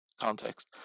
context